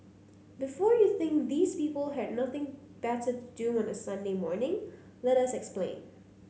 before you think these people had nothing better do on a Sunday morning let us explain